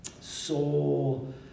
Soul